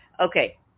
Okay